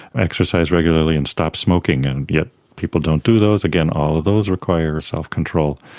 exercise regularly and stop smoking, and yet people don't do those. again, all of those require self-control.